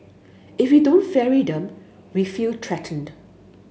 if we don't ferry them we feel threatened